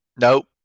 Nope